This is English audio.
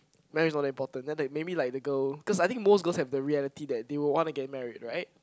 marriage is not that important then like maybe like the girl cause I think most girls have the reality that they will want to get married right